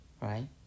right